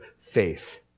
faith